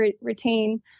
retain